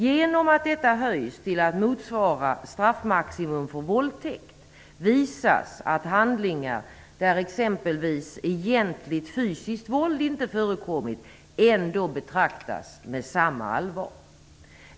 Genom att man höjer maximistraffet så att det motsvarar straffmaximum för våldtäkt visar man att handlingar där exempelvis egentligt fysiskt våld inte har förekommit ändå betraktas med samma allvar.